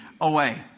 away